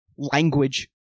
language